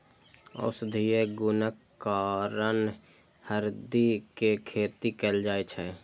औषधीय गुणक कारण हरदि के खेती कैल जाइ छै